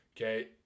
Okay